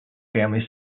family